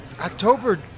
October